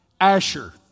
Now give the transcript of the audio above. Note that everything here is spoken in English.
Asher